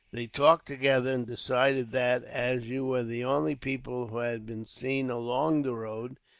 they talked together and decided that, as you were the only people who had been seen along the road,